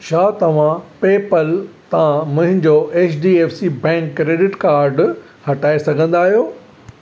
छा तव्हां पेपल तां मुंहिंजो एचडीएफसी बैंक क्रेडिट काड हटाए सघंदा आहियो